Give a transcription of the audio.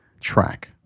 track